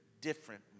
different